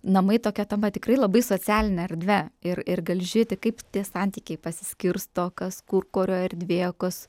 namai tokie tampa tikrai labai socialine erdve ir ir gali žiūrėti kaip tie santykiai pasiskirsto kas kur kurio erdvė kas